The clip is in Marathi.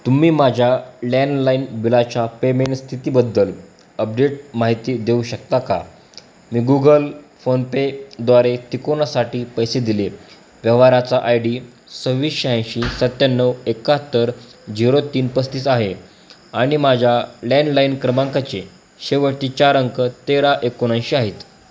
तुम्ही माझ्या लँडलाइन बिलाच्या पेमेंट स्थितीबद्दल अपडेट माहिती देऊ शकता का मी गुगल फोनपे द्वारे तिकोनासाठी पैसे दिले व्यवहाराचा आय डी सव्वीस शहाऐंशी सत्याण्णव एकाहत्तर झिरो तीन पस्तीस आहे आणि माझ्या लँडलाईन क्रमांकाचे शेवटी चार अंक तेरा एकोणऐंशी आहेत